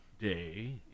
day